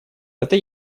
это